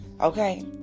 okay